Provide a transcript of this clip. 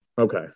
Okay